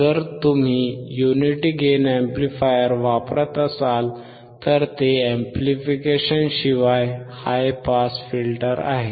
जर तुम्ही unity gain amplifier वापरत असाल तर ते अॅम्प्लीफिकेशनशिवाय हाय पास फिल्टर आहे